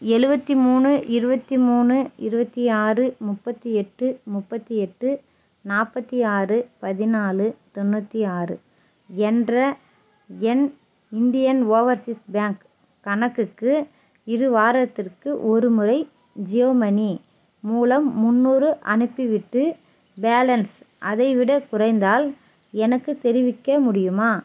எழுவத்தி மூணு இருபத்தி மூணு இருபத்தி ஆறு முப்பத்தி எட்டு முப்பத்தி எட்டு நாற்பத்தி ஆறு பதினாலு தொண்ணூற்றி ஆறு என்ற என் இந்தியன் ஓவர்சீஸ் பேங்க் கணக்குக்கு இரு வாரத்திற்கு ஒருமுறை ஜியோ மனி மூலம் முந்நூறு அனுப்பிவிட்டு பேலன்ஸ் அதைவிடக் குறைந்தால் எனக்குத் தெரிவிக்க முடியுமா